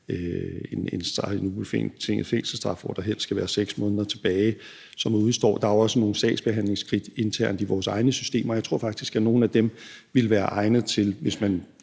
om ubetinget fængselsstraf, hvor der helst skal være 6 måneder tilbage, altså som udestår. Der er jo også nogle sagsbehandlingsskridt internt i vores egne systemer, og jeg tror faktisk, at nogle af dem, hvis man